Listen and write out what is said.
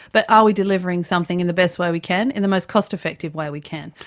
but are we delivering something in the best way we can in the most cost-effective way we can?